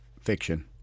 fiction